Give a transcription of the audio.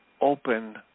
open